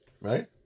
right